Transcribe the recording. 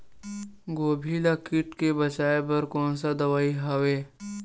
गोभी ल कीट ले बचाय बर कोन सा दवाई हवे?